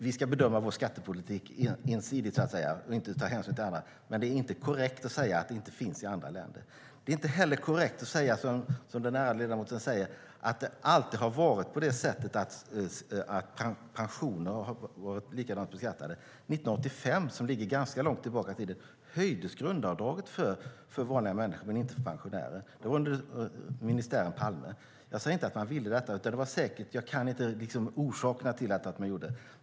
Vi ska bedöma vår skattepolitik ensidigt och inte ta hänsyn till andra, men det är inte korrekt att säga att det inte finns i andra länder. Det är inte heller korrekt att säga som den ärade ledamoten säger, att det alltid har varit så att pensioner har varit lika beskattade. År 1985, som ligger ganska långt tillbaka i tiden, höjdes grundavdraget för vanliga människor men inte för pensionärer. Det var under ministären Palme. Jag sade inte man ville detta - jag känner inte till orsakerna till att man gjorde det.